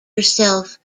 herself